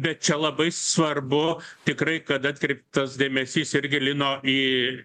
bet čia labai svarbu tikrai kad atkreiptas dėmesys irgi lino į